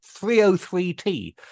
303T